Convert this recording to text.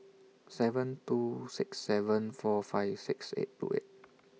seven two six seven four five six eight two eight